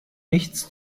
nichts